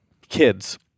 kids